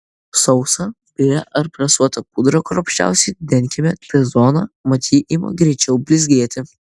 sausa biria ar presuota pudra kruopščiausiai denkime t zoną mat ji ima greičiau blizgėti